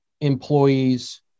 employees